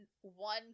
one